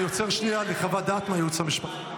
אני עוצר שנייה לחוות דעת מהייעוץ המשפטי.